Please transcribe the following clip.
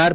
R